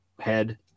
head